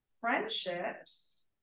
friendships